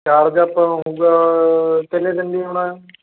charge ਆਪਣਾ ਹੋਊਗਾ ਕਿੰਨੇ ਦਿਨ ਲਈ ਆਉਣਾ